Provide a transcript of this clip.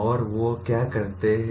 और वह क्या करते हैं